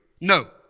No